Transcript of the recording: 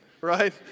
right